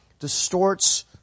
distorts